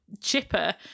chipper